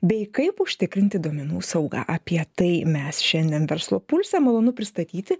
bei kaip užtikrinti duomenų saugą apie tai mes šiandien verslo pulse malonu pristatyti